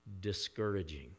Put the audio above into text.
discouraging